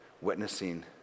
witnessing